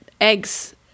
eggs